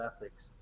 Ethics